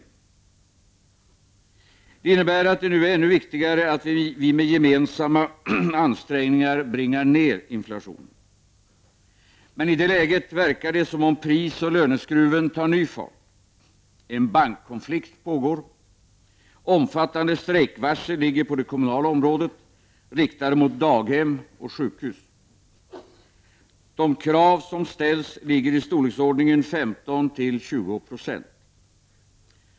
Detta innebär att det nu är ännu viktigare att vi med gemensamma ansträngningar bringar ned inflationen. Men i det läget verkar det som om prisoch löneskruven tar ny fart. En bankkonflikt pågår, omfattande strejkvarsel ligger på det kommunala området, riktade mot daghem och sjukhus. De krav som ställs ligger i storleksordningen 15—20 96.